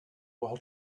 while